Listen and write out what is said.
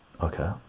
okay